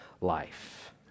life